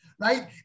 right